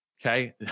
Okay